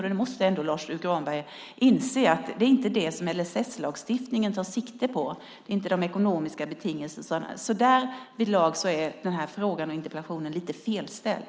Lars U Granberg måste ändå inse att det inte är det som LSS-lagstiftningen tar sikte på - de ekonomiska betingelserna. Därvidlag är den här frågan i interpellationen lite felställd.